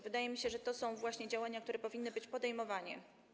Wydaje mi się, że to są właśnie działania, które powinny być podejmowane.